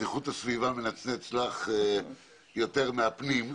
אז איכות הסביבה מנצנץ לך יותר מהפנים.